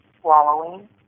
Swallowing